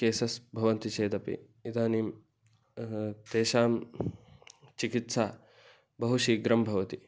cases भवन्ति चेदपि इदानीं तेषां चिकित्सा बहु शीघ्रं भवति